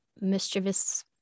mischievous